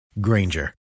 Granger